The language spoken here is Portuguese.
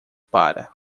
para